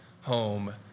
home